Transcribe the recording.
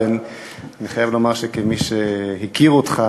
ואני חייב לומר שכמי שהכיר אותך